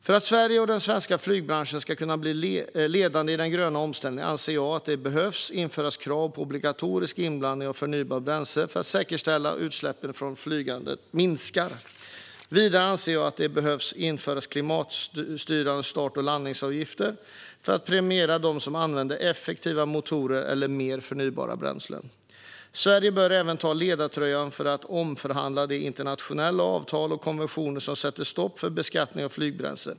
För att Sverige och den svenska flygbranschen ska kunna bli ledande i den gröna omställningen anser jag att det behöver införas krav på obligatorisk inblandning av förnybart bränsle för att säkerställa att utsläppen från flygandet minskar. Vidare anser jag att det behöver införas klimatstyrande start och landningsavgifter för att premiera dem som använder effektiva motorer eller mer förnybart bränsle. Sverige bör även ta på sig ledartröjan för att omförhandla de internationella avtal och konventioner som sätter stopp för beskattning av flygbränsle.